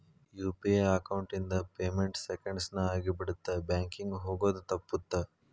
UPI account ಇಂದ payment ಸೆಂಕೆಂಡ್ಸ್ ನ ಆಗಿಬಿಡತ್ತ ಬ್ಯಾಂಕಿಂಗ್ ಹೋಗೋದ್ ತಪ್ಪುತ್ತ